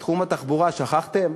את תחום התחבורה שכחתם?